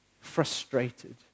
frustrated